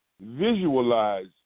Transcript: visualize